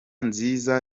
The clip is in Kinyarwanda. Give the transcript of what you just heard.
nziza